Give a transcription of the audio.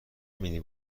مینی